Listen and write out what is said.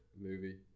movie